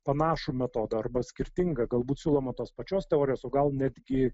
panašų metodą arba skirtingą galbūt siūlomą tos pačios teorijos o gal netgi